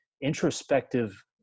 introspective